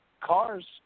cars